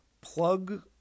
Plug